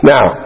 Now